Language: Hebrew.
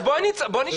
אז בואו נשנה,